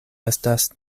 estas